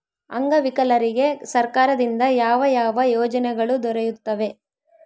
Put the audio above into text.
ಅಂಗವಿಕಲರಿಗೆ ಸರ್ಕಾರದಿಂದ ಯಾವ ಯಾವ ಯೋಜನೆಗಳು ದೊರೆಯುತ್ತವೆ?